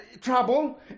trouble